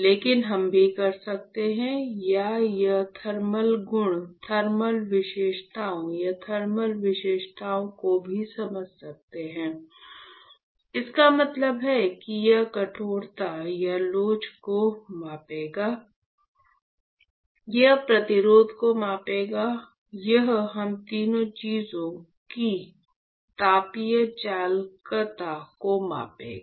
लेकिन हम भी कर सकते हैं या हम थर्मल गुण थर्मल विशेषताओं या थर्मल विशेषताओं को भी समझ सकते हैं इसका मतलब है कि यह कठोरता या लोच को मापेगा यह प्रतिरोध को मापेगा और यह तीनों चीजों की तापीय चालकता को मापेगा